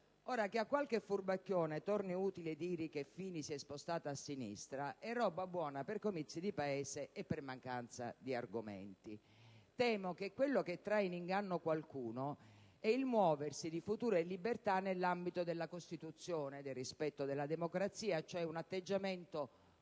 Ora, che a qualche furbacchione torni utile dire che Fini si è spostato a sinistra, è roba buona per comizi di paese e per mancanza di argomenti. Temo che quello che trae in inganno qualcuno è il muoversi di Futuro e Libertà nell'ambito della Costituzione, del rispetto della democrazia: ossia, un atteggiamento consueto